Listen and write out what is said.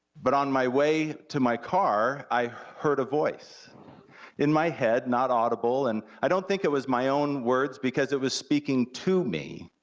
but on my way to my car, i heard a voice in my head, not audible, and i don't think it was my own words, because it was speaking to me,